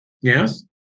yes